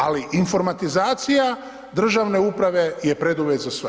Ali informatizacija državne uprave je preduvjet za sve.